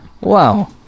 Wow